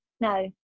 No